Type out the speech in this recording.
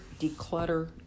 declutter